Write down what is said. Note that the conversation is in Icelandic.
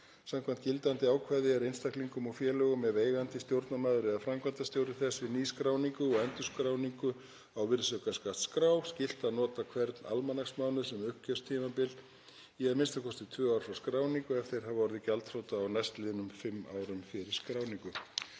Samkvæmt gildandi ákvæði er einstaklingum eða félögum, eigendum, stjórnarmönnum eða framkvæmdastjórum þess, við nýskráningu og endurskráningu á virðisaukaskattsskrá skylt að nota hvern almanaksmánuð sem uppgjörstímabil í að minnsta kosti tvö ár frá skráningu, ef þeir hafa orðið gjaldþrota á næstliðnum fimm árum fyrir skráningu.